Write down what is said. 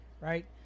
right